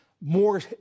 more